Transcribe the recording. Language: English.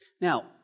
Now